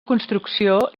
construcció